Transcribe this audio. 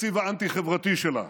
התקציב האנטי-חברתי שלה,